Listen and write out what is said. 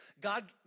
God